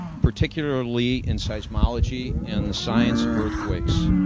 particularly in seismology and the science of earthquakes.